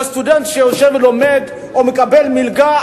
לסטודנט שיושב ולומד או מקבל מלגה,